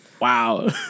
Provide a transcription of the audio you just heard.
Wow